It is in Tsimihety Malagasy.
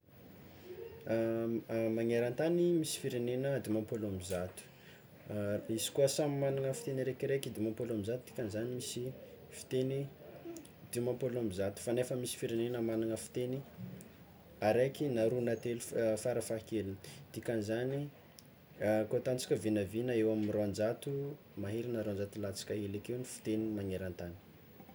Magnerantany misy firenena dimampolo amby zato, izy koa samy magnagna fiteny araikaraiky dimampolo amby zato, dikan'izany misy fiteny dimampolo amby zato fa nefa misy firenena magnagna fiteny araiky na roa na telo fa- farafahakeliny, dikan'izany ka ataotsika vinavina eo amy roanjato mahery na roanjato latsaka hely akeo ny fiteny magnerantany.